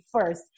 first